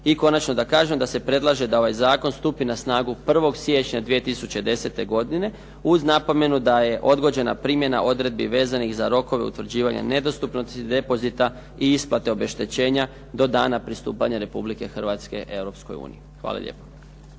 I konačno da kažem da se predlaže da ovaj zakon stupi na snagu 01. siječnja 2010. godine uz napomenu da je odgođena primjena odredbi vezanih za rokove utvrđivanja nedostupnog depozita i isplate obeštećenja do dana pristupanja Republike Hrvatske Europskoj Uniji.